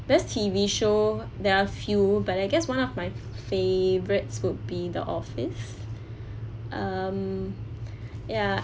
best T_V show there are few but I guess one of my favourites would be the office um ya